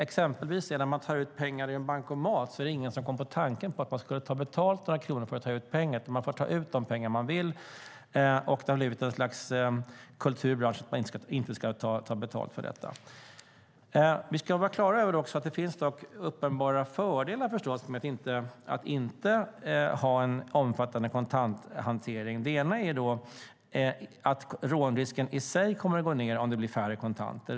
Exempelvis är det ingen som kommer på tanken att ta några kronor betalt för uttag av pengar, utan man får ta ut de pengar man vill. Det har alltså blivit ett slags kultur att inte ta betalt för detta. Vi ska också vara klara över att det finns uppenbara fördelar med att inte ha en omfattande kontanthantering. En är att rånrisken i sig kommer att gå ned om det blir färre kontanter.